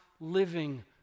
living